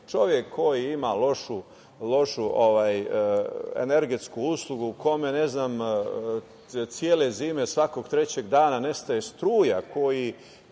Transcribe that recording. čovek koji ima lošu energetsku uslugu, kome, ne znam, cele zime svakog trećeg dana nestaje struja, koji